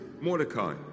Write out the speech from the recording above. Mordecai